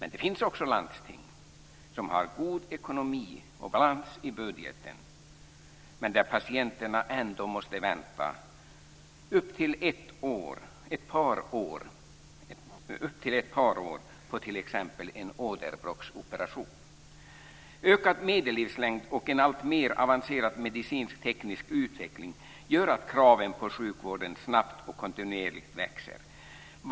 Men det finns också landsting som har god ekonomi och balans i budgeten, men där patienterna ändå måste vänta upp till ett par år på t.ex. en åderbråcksoperation. Ökad medellivslängd och en alltmer avancerad medicisk-teknisk utveckling gör att kraven på sjukvården snabbt och kontinuerligt växer.